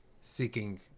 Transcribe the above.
seeking